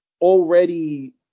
already